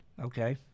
Okay